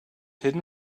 hidden